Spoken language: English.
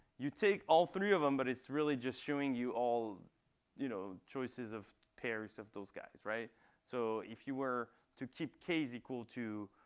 you take all three of them, but it's really just showing you all you know choices of pairs of those guys. so if you were to keep k is equal to